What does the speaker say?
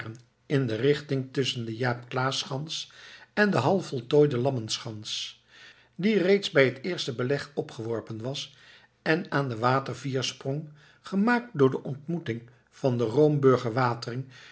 in de richting tusschen de jaep claesz schans en de half voltooide lammenschans die reeds bij het eerste beleg opgeworpen was aan den water viersprong gemaakt door de ontmoeting van de roomburger